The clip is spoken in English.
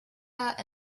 out